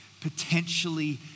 potentially